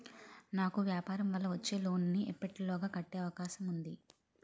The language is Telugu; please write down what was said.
నాకు వ్యాపార వల్ల వచ్చిన లోన్ నీ ఎప్పటిలోగా కట్టే అవకాశం ఉంది?